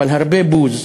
אבל הרבה בוז,